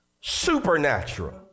Supernatural